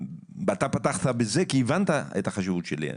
ואתה פתחת בזה כי הבנת את החשיבות שלי אין.